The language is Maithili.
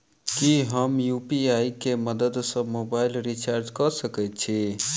की हम यु.पी.आई केँ मदद सँ मोबाइल रीचार्ज कऽ सकैत छी?